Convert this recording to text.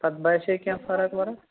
پتہٕ باسے کیٚنٛہہ فرق وَرق